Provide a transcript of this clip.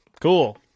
Cool